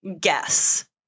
guess